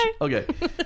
Okay